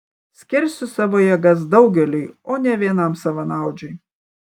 skirsiu savo jėgas daugeliui o ne vienam savanaudžiui